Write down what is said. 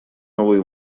новые